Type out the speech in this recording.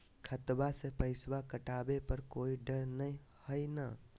खतबा से पैसबा कटाबे पर कोइ डर नय हय ना?